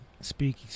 speak